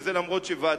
וזה אף שוועדת-סדן,